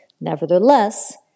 Nevertheless